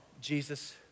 Jesus